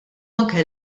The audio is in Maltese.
anke